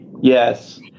Yes